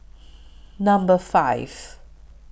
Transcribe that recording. Number five